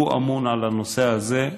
הוא אמון על הנושא הזה,